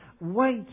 wait